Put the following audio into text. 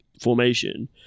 formation